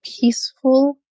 peaceful